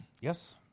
Yes